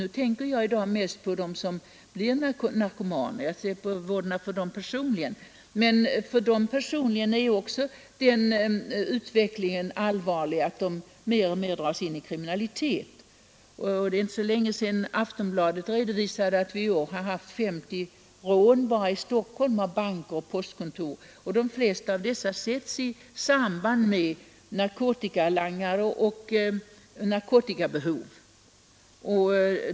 Nu tänker jag mest på dem som är narkomaner jag ser på vådorna för dem personligen — och det är ju en allvarlig utveckling för dem att de mer och mer dras in i kriminalitet. Det är inte så länge sedan Aftonbladet redovisade att vi i år har haft 50 rån bara i Stockholm mot banker och postkontor, och de flesta av dessa sätts i samband med narkotikalangning och narkotikabehov.